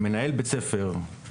בוקר טוב לכולם,